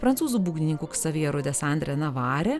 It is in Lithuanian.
prancūzų būgnininku ksavieru desandre navare